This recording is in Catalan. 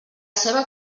ceba